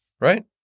Right